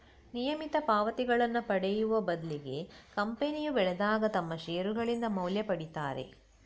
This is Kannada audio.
ನಿಯಮಿತ ಪಾವತಿಗಳನ್ನ ಪಡೆಯುವ ಬದ್ಲಿಗೆ ಕಂಪನಿಯು ಬೆಳೆದಾಗ ತಮ್ಮ ಷೇರುಗಳಿಂದ ಮೌಲ್ಯ ಪಡೀತಾರೆ